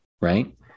right